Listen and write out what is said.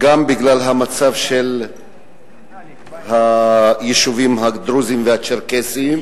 גם בגלל המצב של היישובים הדרוזיים והצ'רקסיים,